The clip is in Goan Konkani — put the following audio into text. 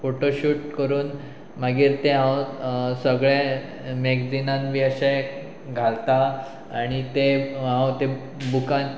फोटोशूट करून मागीर ते हांव सगळें मॅगजिनान बी अशें घालता आनी ते हांव तें बुकान